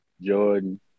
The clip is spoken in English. Jordan